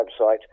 website